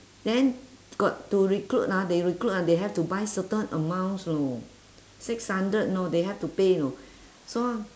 then got to recruit ah they recruit ah they have to buy certain amounts you know six hundred you know they have to pay you know so